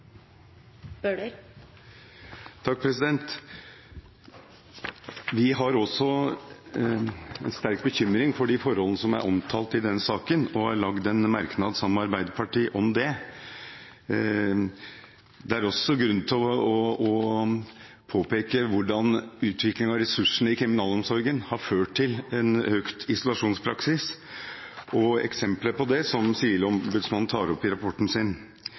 å gi. Vi har også en sterk bekymring for de forhold som er omtalt i denne saken, og vi har skrevet en merknad sammen med Arbeiderpartiet om det. Det er også grunn til å påpeke hvordan utvikling av ressursene i kriminalomsorgen har ført til en økt isolasjonspraksis – og eksempler på det tar Sivilombudsmannen opp i rapporten sin.